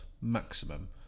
maximum